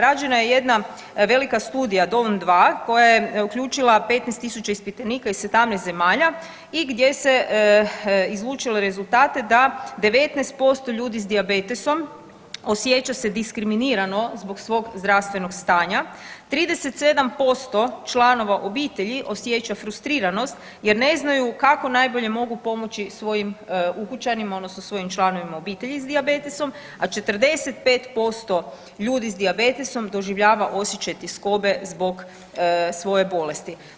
Rađena je jedna velika studija Down2 koja je uključila 15.000 ispitanika iz 17 zemalja i gdje se izlučilo rezultate da 19% ljudi s dijabetesom osjeća se diskriminirano zbog svog zdravstvenog stanja, 37% članova obitelji osjeća frustriranost jer ne znaju kako najbolje mogu pomoći svojim ukućanima odnosno svojim članovima obitelji s dijabetesom, a 45% ljudi s dijabetesom doživljava osjećaj tjeskobe zbog svoje bolesti.